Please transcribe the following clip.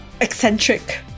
eccentric